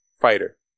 fighter